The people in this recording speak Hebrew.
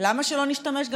למה שלא נשתמש?